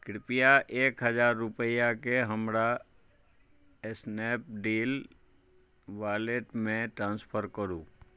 कृप्या एक हजार रूपैआकेँ हमरा स्नैपडील वॉलेटमे ट्रान्सफर करू